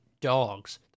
dogs